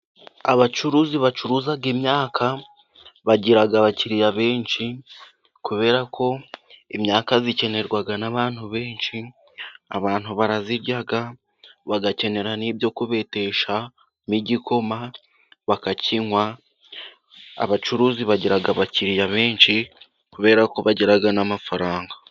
Abacuruzi bacuruza imyaka, bagira abakiriya benshi, kubera ko im imyaka ikenerwaga n'abantu benshi, abantu barazirya bagakenera n'ibyo kubetesha mo igikoma bakakinywa. Abacuruzi bagira abakiriya benshi kubera ko bagira n'amafaranga.